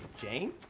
Jane